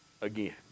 again